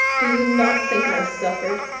do you not think i suffered?